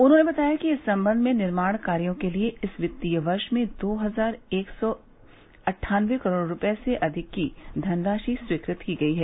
उन्होंने बताया कि इस संबंध में निर्माण कार्यो के लिये इस वित्तीय वर्ष में दो हजार एक सौ अट्ठानवे करोड़ रूपये से अधिक की धनराशि स्वीकृत की गई है